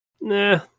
Nah